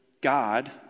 God